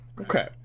Okay